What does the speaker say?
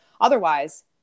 Otherwise